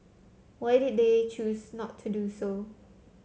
why did they choose not to do so